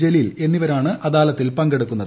ജില്ലീൽ എന്നിവരാണ് അദാലത്തിൽ പങ്കെടുക്കുന്നത്